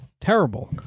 Terrible